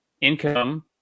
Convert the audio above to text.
income